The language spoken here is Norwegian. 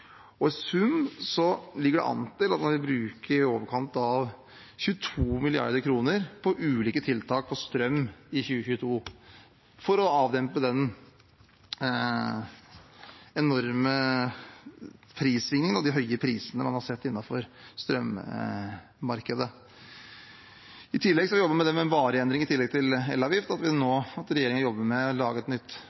I sum ligger det an til at man vil bruke i overkant av 22 mrd. kr på ulike strømtiltak i 2022 for å avdempe de enorme prissvingningene og de høye prisene man har sett innenfor strømmarkedet. Vi jobber også med en varig endring, i tillegg til elavgift, ved at regjeringen jobber med å lage et nytt